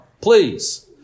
please